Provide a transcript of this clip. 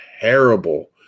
terrible